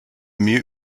mute